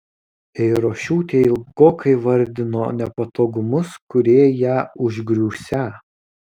eirošiūtė ilgokai vardijo nepatogumus kurie ją užgriūsią